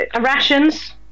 rations